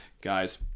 Guys